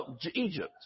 Egypt